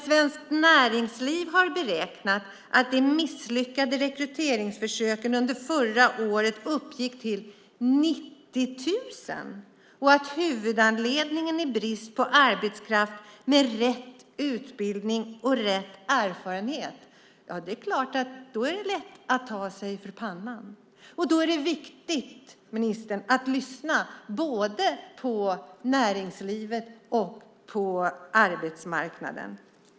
Svenskt Näringsliv har beräknat att antalet misslyckade rekryteringsförsök förra året uppgick till 90 000. Huvudanledningen är brist på arbetskraft med rätt utbildning och rätt erfarenhet. Ja, det är klart att man då lätt tar sig för pannan. Då är det, ministern, viktigt att lyssna både på näringslivet och på dem på arbetsmarknaden.